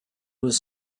was